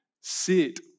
sit